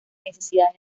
necesidad